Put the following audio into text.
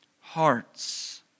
hearts